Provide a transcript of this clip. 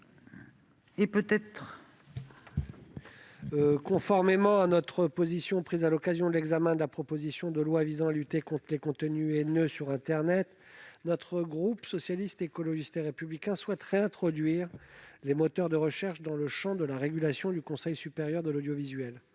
Assouline. Conformément à la position qu'il a prise à l'occasion de l'examen de la proposition de loi visant à lutter contre les contenus haineux sur internet, le groupe Socialiste, Écologiste et Républicain souhaite introduire les moteurs de recherche dans le champ de la régulation du Conseil supérieur de l'audiovisuel.